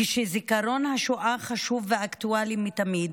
כשזיכרון השואה חשוב ואקטואלי מתמיד,